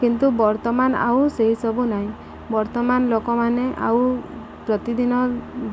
କିନ୍ତୁ ବର୍ତ୍ତମାନ ଆଉ ସେହିସବୁ ନାହିଁ ବର୍ତ୍ତମାନ ଲୋକମାନେ ଆଉ ପ୍ରତିଦିନ